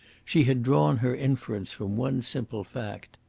she had drawn her inference from one simple fact.